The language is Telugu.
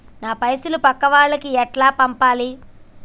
నా పైసలు పక్కా వాళ్లకి ఎట్లా పంపాలి?